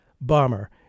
bomber